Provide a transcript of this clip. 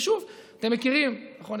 ושוב, אתם מכירים, נכון?